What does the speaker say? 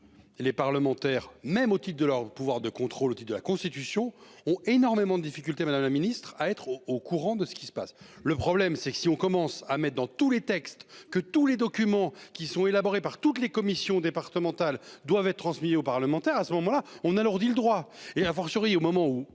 Les parlementaires même au type de leur pouvoir de contrôle de la Constitution ont énormément de difficultés. Madame la ministre, à être au courant de ce qui se passe. Le problème c'est que si on commence à mettre dans tous les textes que tous les documents qui sont élaborés par toutes les commissions départementales doivent être transmis aux parlementaires à ce moment-là on alourdit le droit et a fortiori au moment où